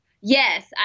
Yes